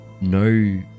no